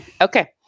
Okay